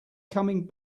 coming